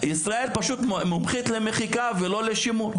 ישראל פשוט מומחית למחיקה ולא לשימור,